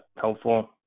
helpful